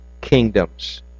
kingdoms